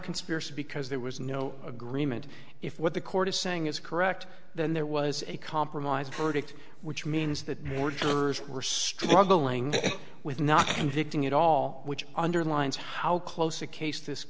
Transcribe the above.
conspiracy because there was no agreement if what the court is saying is correct then there was a compromised verdict which means that more jurors were struggling with not convicting at all which underlines how close a case this